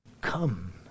Come